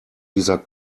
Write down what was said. dieser